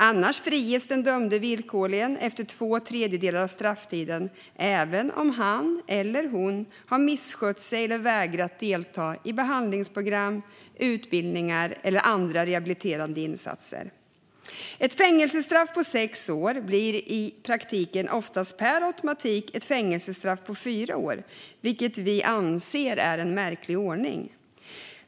Annars friges den dömde villkorligt efter två tredjedelar av strafftiden - även om han eller hon har misskött sig eller vägrat delta i behandlingsprogram, utbildningar eller andra rehabiliterande insatser. Ett fängelsestraff på sex år blir i praktiken oftast per automatik ett fängelsestraff på fyra år, vilket vi anser är en märklig ordning.